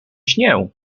śnię